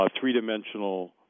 three-dimensional